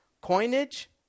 Coinage